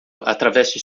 atravessa